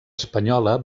espanyola